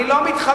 אני לא מתחמק,